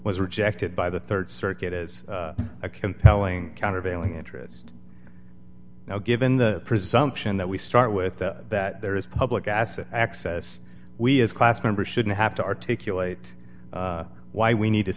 was rejected by the rd circuit is a compelling countervailing interest now given the presumption that we start with that there is public asset access we as class members shouldn't have to articulate why we need to